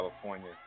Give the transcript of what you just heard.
California